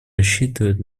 рассчитывает